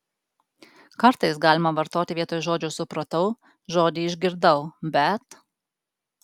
kartais galima vartoti vietoj žodžio supratau žodį išgirdau bet